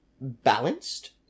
balanced